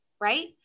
right